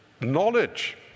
Knowledge